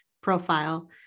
profile